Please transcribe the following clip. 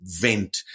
vent